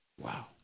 Wow